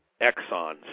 Exxon